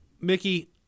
Mickey